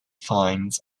fines